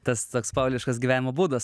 tas toks paaugliškas gyvenimo būdas